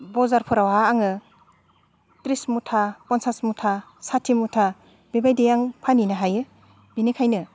बाजारफोरावहा आङो त्रिस मुथा पन्सास मुथा साथि मुथा बेबायदि आं फानहैनो हायो बिनिखायनो